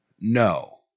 No